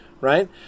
right